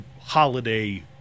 Holiday